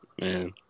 Man